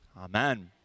Amen